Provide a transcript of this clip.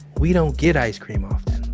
we don't get ice cream often.